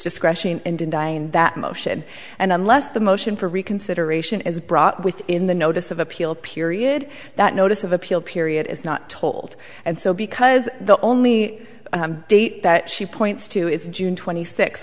discretion in denying that motion and unless the motion for reconsideration is brought within the notice of appeal period that notice of appeal period is not told and so because the only date that she points to is june twenty six